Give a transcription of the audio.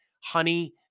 honey